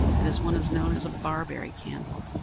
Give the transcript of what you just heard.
it is what is known as a barberry candle.